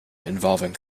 involving